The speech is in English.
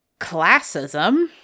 classism